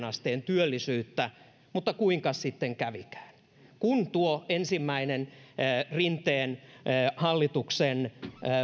asteen työllisyyttä mutta kuinkas sitten kävikään kun tuo ensimmäinen rinteen hallituksen